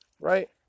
Right